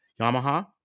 yamaha